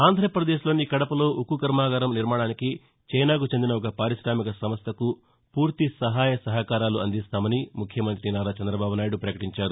ఆంధ్రపదేశ్లోని కడపలో ఉక్కు కర్నాగారం నిర్మాణానికి చైనాకు చెందిన ఒక పారిశామిక సంస్టకు పూర్తి సహాయ సహకారాలు అందిస్తామని ముఖ్యమంతి నారా చంద్రబాబునాయుడు పకటించారు